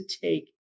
take